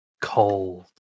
Cold